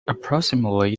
approximately